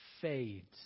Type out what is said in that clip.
fades